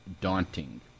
daunting